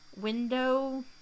window